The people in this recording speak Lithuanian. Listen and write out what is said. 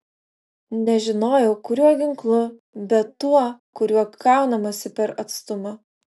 nežinojau kuriuo ginklu bet tuo kuriuo kaunamasi per atstumą